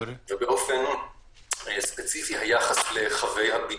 ובאופן ספציפי היחס לחבי הבידוד,